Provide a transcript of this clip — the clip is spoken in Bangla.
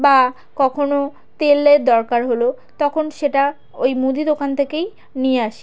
বা কখনও তেলের দরকার হলো তখন সেটা ওই মুদি দোকান থেকেই নিয়ে আসি